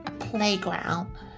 playground